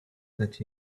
that